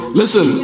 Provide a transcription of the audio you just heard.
listen